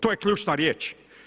To je ključna riječ.